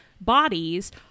bodies